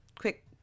quick